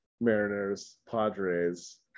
Mariners-Padres